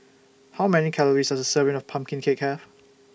How Many Calories Does A Serving of Pumpkin Cake Have